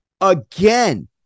again